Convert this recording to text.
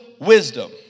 wisdom